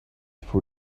for